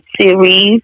series